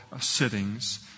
sittings